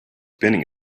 spinning